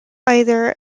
either